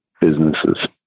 businesses